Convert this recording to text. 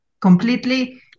completely